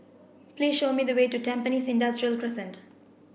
please show me the way to Tampines Industrial Crescent